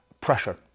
pressure